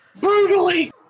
Brutally